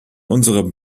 unserer